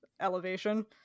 elevation